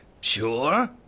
sure